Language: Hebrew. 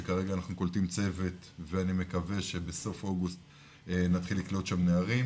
כרגע אנחנו קולטים צוות ואני מקווה שבסוף אוגוסט נתחיל לקלוט שם נערים,